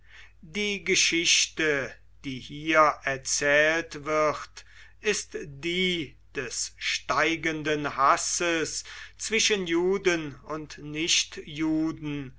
die geschichte die hier erzählt wird ist die des steigenden hasses zwischen juden und nichtjuden